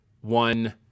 one